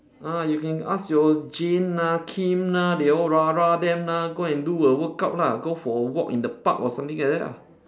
ah you can ask your jean ah kim ah they all rah-rah them lah go and do a workout lah go for a walk in the park or something like that ah